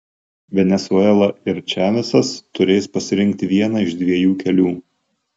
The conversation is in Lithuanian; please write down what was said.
venesuela ir čavesas turės pasirinkti vieną iš dviejų kelių